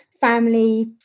family